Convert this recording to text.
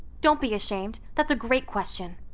don't be ashamed. that's a great question.